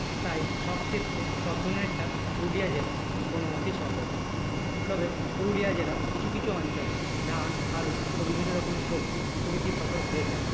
তাই সবক্ষেত্রে সবধরনের চাষ পুরুলিয়া জেলায় কোনোমতেই সম্ভব নয় তবে পুরুলিয়া জেলার কিছু কিছু অঞ্চলে ধান আলু ও বিভিন্ন রকমের সবজি প্রভৃতি ফসল হয়ে থাকে